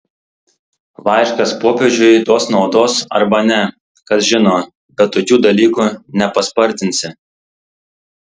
laiškas popiežiui duos naudos arba ne kas žino bet tokių dalykų nepaspartinsi